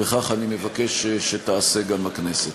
וכך אני מבקש שתעשה גם הכנסת.